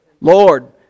Lord